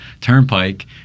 turnpike